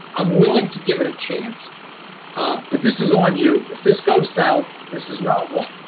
i'm willing to give it a chance ah but this is on you. if this goes south, this is not what